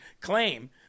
claim